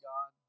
God